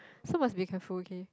so must be careful okay